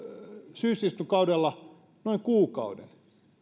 syysistuntokaudella noin kuukauden